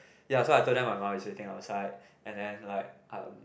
ya so I told them my mum is waiting outside and then like um